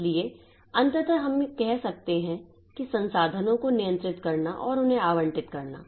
इसलिए अंततः हम कह सकते हैं कि संसाधनों को नियंत्रित करना और उन्हें आवंटित करना